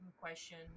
question